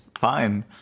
Fine